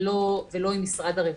ולא עם משרד הרווחה.